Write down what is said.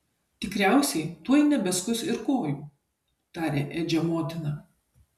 tikriausiai tuoj nebeskus ir kojų tarė edžio motina